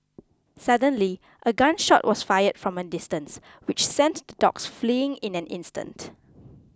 suddenly a gun shot was fired from a distance which sent the dogs fleeing in an instant